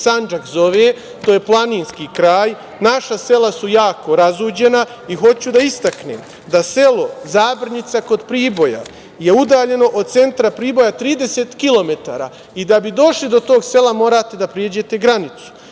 Sandžak zove. To je planinski kraj. Naša sela su jako razuđena i hoću da istaknem da selo Zabrnjica kod Priboja je udaljeno od centra Priboja 30 kilometara i da bi došli do tog sela morate da pređete granicu.